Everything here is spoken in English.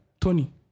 Tony